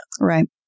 Right